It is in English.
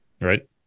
right